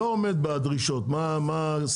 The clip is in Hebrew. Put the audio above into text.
לא עומד בדרישות מה הסנקציה?